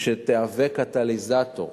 שתהווה קטליזטור